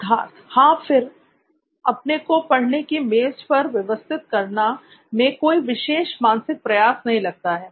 सिद्धार्थ हां फिर अपने को पढ़ने की मेज पर व्यवस्थित करना मैं कोई विशेष मानसिक प्रयास नहीं लगता है